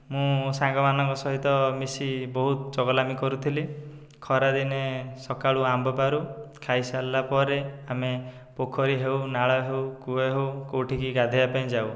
ମୁଁ ସାଙ୍ଗମାନଙ୍କ ସହିତ ମିଶି ବହୁତ ଚଗଲାମି କରୁଥିଲି ଖରାଦିନେ ସକାଳୁ ଆମ୍ବ ପାରୁ ଖାଇ ସରିଲା ପରେ ଆମେ ପୋଖରୀ ହେଉ ନାଳ ହେଉ କୂଅ ହେଉ କେଉଁଠିକି ଗାଧୋଇବା ପାଇଁ ଯାଉ